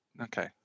Okay